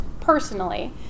personally